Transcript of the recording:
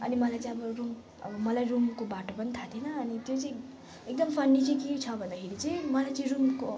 अनि मलाई चाहिँ अब रुम अब मलाई रुमको बाटो पनि थाहा थिएन अनि त्यो चाहिँ एकदम फन्नी चाहिँ के छ भन्दाखेरि चाहिँ मलाई चाहिँ रुमको